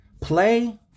Play